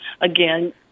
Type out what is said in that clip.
again